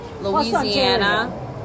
Louisiana